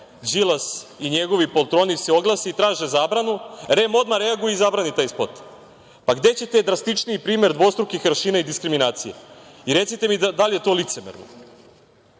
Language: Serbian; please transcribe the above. Đilas i njegovi poltroni se oglase i traže zabranu, REM odmah reaguje i zabrani taj spot. Pa gde ćete drastičniji primer dvostrukih aršina i diskriminacije? Recite mi da li je to